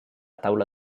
taula